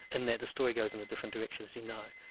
and the the story goes in a different direction, as you know.